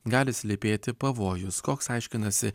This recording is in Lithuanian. gali slypėti pavojus koks aiškinasi